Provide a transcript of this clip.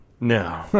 no